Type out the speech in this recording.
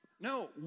No